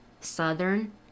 southern